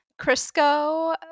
crisco